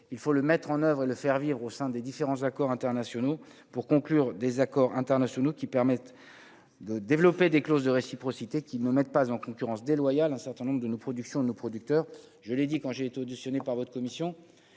il faut le mettre en oeuvre et le faire vivre au sein des différents accords internationaux pour conclure des accords internationaux qui permettent de développer des clause de réciprocité qui me mettent pas en concurrence déloyale, un certain nombre de nos productions, nos producteurs, je l'ai dit quand j'ai été auditionné par votre commission,